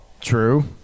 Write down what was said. true